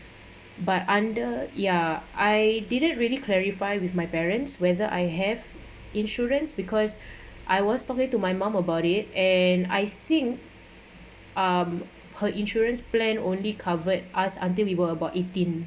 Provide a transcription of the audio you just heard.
but under ya I didn't really clarify with my parents whether I have insurance because I was talking to my mum about it and I think um her insurance plan only covered us until we were about eighteen